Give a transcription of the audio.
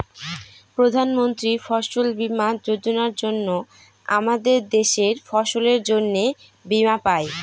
প্রধান মন্ত্রী ফসল বীমা যোজনার জন্য আমাদের দেশের ফসলের জন্যে বীমা পাই